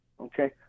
Okay